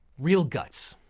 real guts.